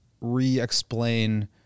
re-explain